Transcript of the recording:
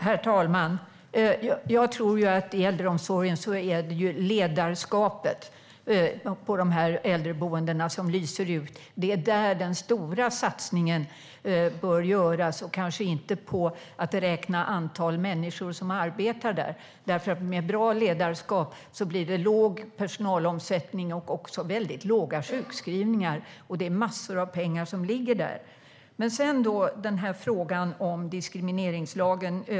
Herr talman! Jag tror att det är ledarskapet på äldreboendena som lyser igenom. Det är där den stora satsningen bör göras och kanske inte på att räkna antalet människor som arbetar där. Med bra ledarskap blir det låg personalomsättning och också ett lågt antal sjukskrivningar. Det ligger massor av pengar i det. Jag skulle vilja diskutera en översyn av diskrimineringslagen.